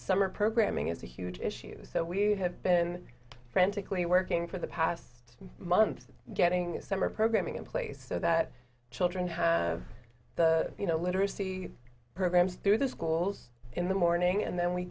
mer programming is a huge issues so we have been frantically working for the past month getting a summer program in place so that children have the you know literacy programs through the schools in the morning and then we